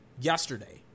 Yesterday